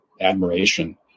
admiration